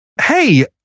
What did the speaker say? Hey